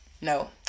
no